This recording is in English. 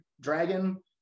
Dragon